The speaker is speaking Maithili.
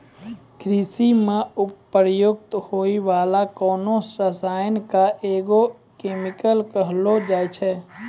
कृषि म प्रयुक्त होय वाला कोनो रसायन क एग्रो केमिकल कहलो जाय छै